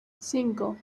cinco